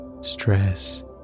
stress